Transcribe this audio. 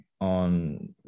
on